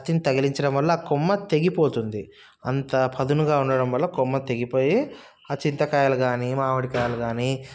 కత్తిని తగిలించడం వల్ల ఆ కొమ్మ తెగిపోతుంది అంత పదునుగా ఉండడం వల్ల కొమ్మ తెగిపోయి ఆ చింతకాయలు కానీ మామిడికాయలు కానీ